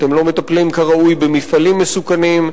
אתם לא מטפלים כראוי במפעלים מסוכנים,